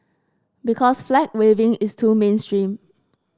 because flag waving is too mainstream